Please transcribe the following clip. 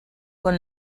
con